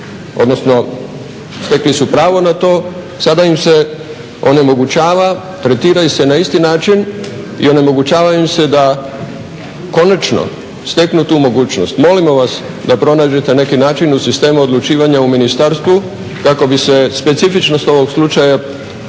odnosno stekli su pravo na to, sada im se onemogućava tretira ih se na isti način i onemogućava im se da konačno steknu tu mogućnost. Molimo vas da pronađete neki način u sistemu odlučivanja u Ministarstvu kako bi se specifičnost ovog slučaja priznala